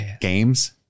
games